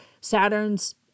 Saturn's